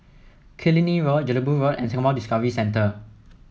Killiney Road Jelebu Road and Singapore Discovery Centre